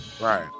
Right